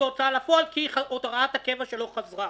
בהוצאה לפועל כי הוראת הקבע שלו חזרה.